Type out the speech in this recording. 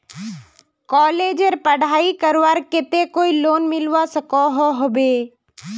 कॉलेजेर पढ़ाई करवार केते कोई लोन मिलवा सकोहो होबे?